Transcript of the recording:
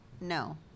No